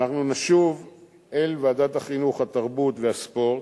אנחנו נשוב אל ועדת החינוך, התרבות והספורט,